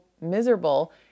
miserable